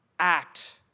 Act